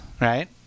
right